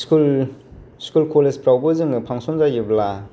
school कलेजफ्रावबो जोङो function जायोब्ला